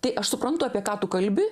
tai aš suprantu apie ką tu kalbi